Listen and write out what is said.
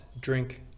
drink